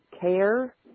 care